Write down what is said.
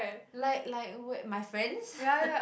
like like where my friends